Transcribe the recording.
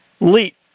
leap